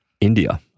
India